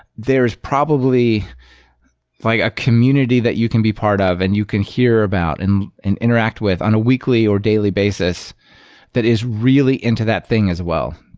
there is probably like a community that you can be part of and you can hear about and and interact with on a weekly or daily basis that is really into that thing as well.